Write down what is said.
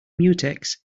mutex